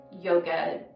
yoga